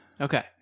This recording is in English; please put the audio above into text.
Okay